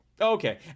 okay